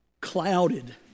clouded